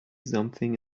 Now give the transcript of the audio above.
something